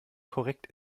korrekt